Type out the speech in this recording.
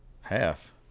Half